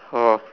orh